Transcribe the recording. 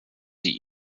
sie